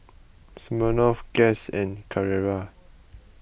Smirnoff Guess and Carrera